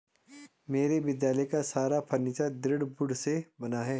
मेरे विद्यालय का सारा फर्नीचर दृढ़ वुड से बना है